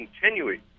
continuing